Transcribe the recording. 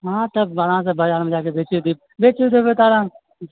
हँ तब बनाइके बाजारमे जाके बेची दी बेची देबय तऽ आराम